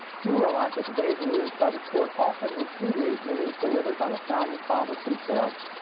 few realize that today's rulings by the court often repudiate rulings delivered by the founding fathers themselves.